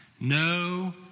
No